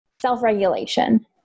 self-regulation